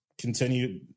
continue